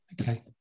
Okay